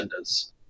agendas